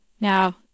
Now